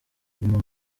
guma